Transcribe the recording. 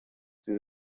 sie